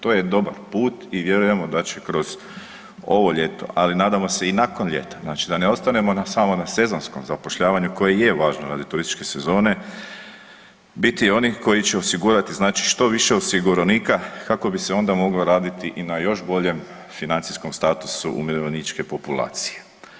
To je dobar put i vjerujemo da će kroz ovo ljeto, ali nadamo se i nakon ljeta, znači da ne ostanemo samo na sezonskom zapošljavanju koje je važno radi turističke sezone biti oni koji će osigurati znači što više osiguranika kako bi se onda moglo raditi i na još boljem financijskom statusu umirovljeničke populacije.